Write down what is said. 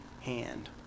hand